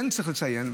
כן צריך לציין,